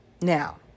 now